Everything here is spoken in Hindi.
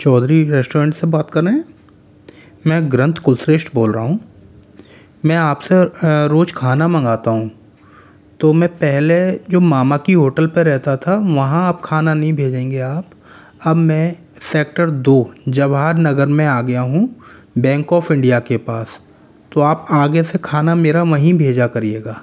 चौधरी रेस्टोरेंट से बात कर रहे हैं मैं ग्रन्थ कुलश्रेस्ठ बोल रहा हूँ मैं आपसे रोज खाना मंगाता हूँ तो मैं पहले जो मामा की होटल पर रहता था वहाँ आप खाना नहीं भेजेंगे आप अब मैं सेक्टर दो जवाहर नगर में आ गया हूँ बैंक ऑफ़ इंडिया के पास तो आप आगे से खाना मेरा वहीं भेजा करियेगा